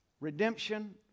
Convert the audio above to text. redemption